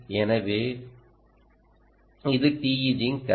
எனவே இது TEG இன் கதை